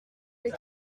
les